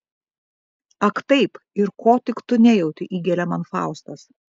ak taip ir ko tik tu nejauti įgelia man faustas